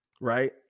Right